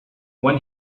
when